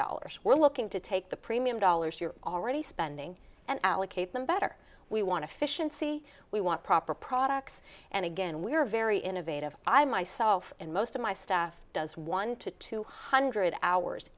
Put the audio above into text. dollars we're looking to take the premium dollars you're already spending and allocate them better we want to fish n c we want proper products and again we are very innovative i myself and most of my staff does one to two hundred hours